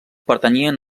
pertanyien